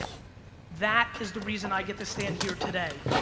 that is the reason i get to stand here today.